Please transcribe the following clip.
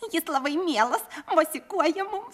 jis labai mielas mosikuoja mums